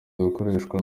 gukoreshwa